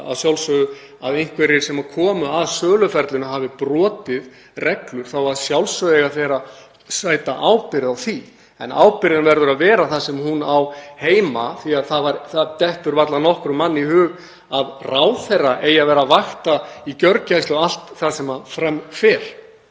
að einhverjir sem komu að söluferlinu hafi brotið reglur þá eiga þeir að sjálfsögðu að taka ábyrgð á því. En ábyrgðin verður að vera þar sem hún á heima því að það dettur varla nokkrum manni í hug að ráðherra eigi að vera að vakta í gjörgæslu allt það sem fram fer.